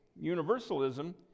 Universalism